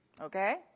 Okay